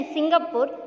Singapore